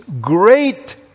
great